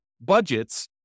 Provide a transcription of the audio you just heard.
budgets